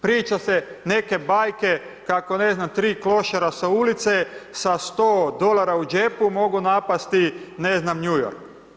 Priča se neke bajke kako ne znam 3 klošara sa ulice, sa 100 dolara u džepu mogu napasti ne znam New York.